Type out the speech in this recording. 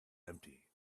empty